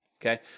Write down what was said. okay